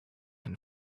and